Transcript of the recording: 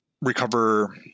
recover